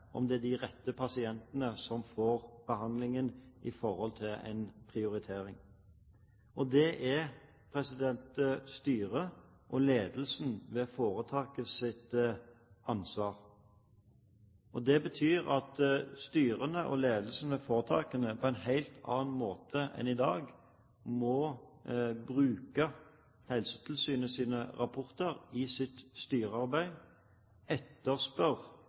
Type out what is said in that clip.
er ansvaret til styret og ledelsen ved foretaket. Det betyr at styret og ledelsen ved foretakene på en helt annen måte enn i dag må bruke Helsetilsynets rapporter i sitt styrearbeid,